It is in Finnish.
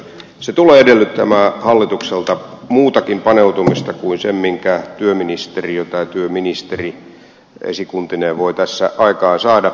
se tulee edellyttämään hallitukselta muutakin paneutumista kuin sen minkä työministeriö tai työministeri esikuntineen voi tässä aikaansaada